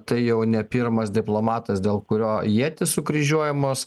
tai jau ne pirmas diplomatas dėl kurio ietys sukryžiuojamos